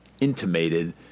intimated